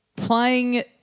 Playing